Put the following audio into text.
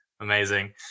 amazing